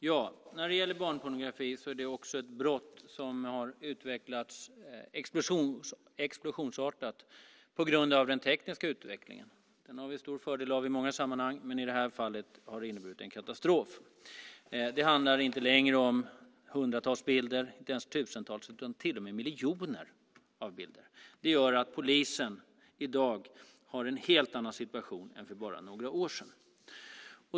Fru talman! Barnpornografi är ett brott som har utvecklats explosionsartat på grund av den tekniska utvecklingen. Den har vi stor fördel av i många sammanhang, men i det här fallet har det inneburit en katastrof. Det handlar inte längre om hundratals bilder, inte ens tusentals utan till och med miljoner bilder. Det gör att polisen i dag har en helt annan situation än för bara några år sedan.